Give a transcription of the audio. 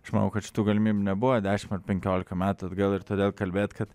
aš manau kad šitų galimybių nebuvo dešimt ar penkiolika metų atgal ir todėl kalbėt kad